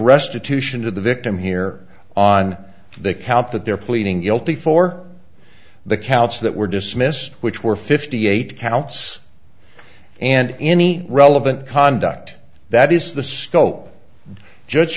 restitution to the victim here on the count that they're pleading guilty for the counts that were dismissed which were fifty eight counts and any relevant conduct that is the scope judge